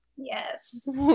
Yes